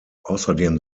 außerdem